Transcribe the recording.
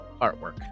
artwork